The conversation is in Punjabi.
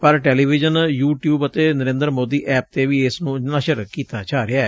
ਪਰ ਟੈਲੀਵਿਜ਼ਨ ਯੁ ਟਿਊਬ ਅਤੇ ਨਰੇਦਰ ਮੋਦੀ ਐਪ ਤੇ ਵੀ ਇਸ ਨੂੰ ਨਸ਼ਰ ਕੀਤਾ ਜਾ ਰਿਹੈ